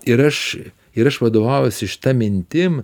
ir aš ir aš vadovaujuosi šita mintim